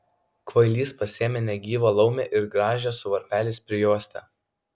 kvailys pasiėmė negyvą laumę ir gražią su varpeliais prijuostę